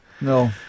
No